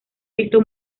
visto